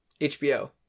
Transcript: HBO